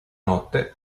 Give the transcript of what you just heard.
notte